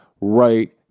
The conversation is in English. right